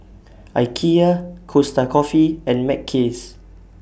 Ikea Costa Coffee and Mackays